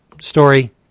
story